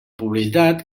publicitat